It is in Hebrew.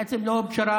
בעצם לא פשרה,